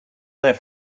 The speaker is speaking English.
their